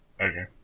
Okay